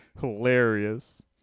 hilarious